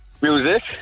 music